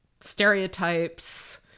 stereotypes